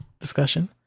discussion